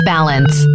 Balance